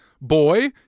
Boy